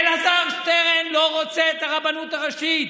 אלעזר שטרן לא רוצה את הרבנות הראשית.